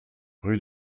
rue